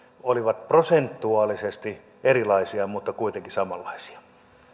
olivat prosentuaalisesti erilaisia mutta kuitenkin samanlaisia